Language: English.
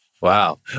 Wow